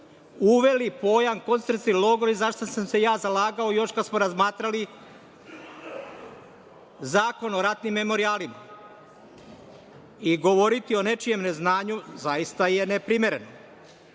uveli pojam koncentracioni logori i za šta sam se ja zalagao još kad smo razmatrali Zakon o ratnim memorijalima. Govoriti o nečijem neznanju zaista je neprimereno.